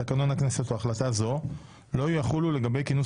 תקנון הכנסת או החלטה זו לא יחולו לגבי כינוס